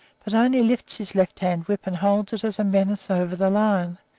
but only lifts his left-hand whip and holds it as a menace over the lion.